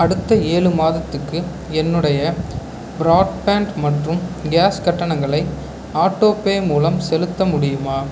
அடுத்த ஏழு மாதத்துக்கு என்னுடைய பிராட்பேண்ட் மற்றும் கேஸ் கட்டணங்களை ஆட்டோபே மூலம் செலுத்த முடியுமா